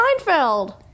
Seinfeld